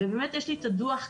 יש לי כאן באמת את הדוח,